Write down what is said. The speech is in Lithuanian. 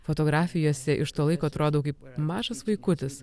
fotografijose iš to laiko atrodau kaip mažas vaikutis